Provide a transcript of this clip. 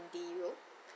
the room